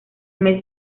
mes